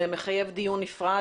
זה מחייב דיון נפרד.